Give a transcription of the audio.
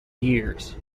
years